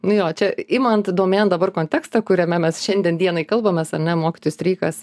nu jo čia imant domėn dabar kontekstą kuriame mes šiandien dienai kalbamės ar ne mokytojų streikas